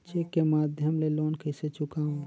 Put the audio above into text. Cheque के माध्यम ले लोन कइसे चुकांव?